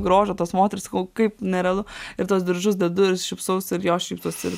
grožio tos moterys sakau kaip nerealu ir tuos diržus dedu šypsausi ir jos šypsosi ir